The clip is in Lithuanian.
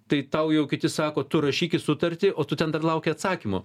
tai tau jau kiti sako tu rašykis sutartį o tu ten dar lauki atsakymo